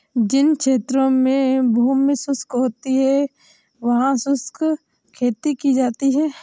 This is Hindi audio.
जिन क्षेत्रों में भूमि शुष्क होती है वहां शुष्क खेती की जाती है